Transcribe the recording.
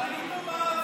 ראינו מה עשו.